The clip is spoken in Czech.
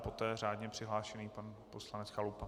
Poté řádně přihlášený pan poslanec Chalupa.